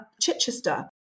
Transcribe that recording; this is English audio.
chichester